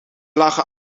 lagen